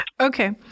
Okay